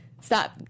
stop